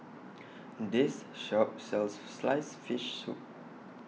This Shop sells Sliced Fish Soup